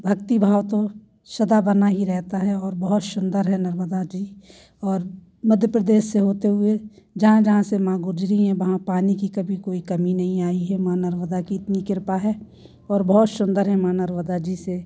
भक्ति भाव तो सदा बना ही रहता है और बहुत सुंदर है नर्मदा जी और मध्य प्रदेश से होते हुए जहाँ जहाँ से माँ गुजरी हैं वहाँ पानी की कभी कोई कमी नहीं आई है माँ नर्मदा की इतनी कृपा है और बहुत सुंदर है माँ नर्मदा जिसे